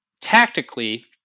tactically